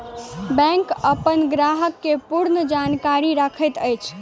bank अपन ग्राहक के पूर्ण जानकारी रखैत अछि